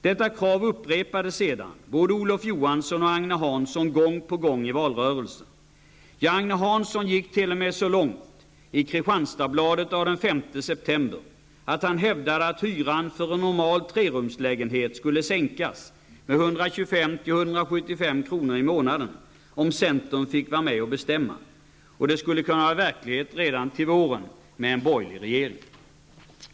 Detta krav upprepade sedan både Olof Johansson och Agne Hansson gång på gång i valrörelsen. Ja, Agne Hansson gick t.o.m. så långt i Kristianstadsbladet av den 5 september att han hävdade att hyran för en normal trerumslägenhet skulle sänkas med 125-- 175 kr. i månaden, om centern fick vara med och bestämma. Det skulle kunna vara verklighet i vår med en borgerlig regering, hette det.